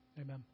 Amen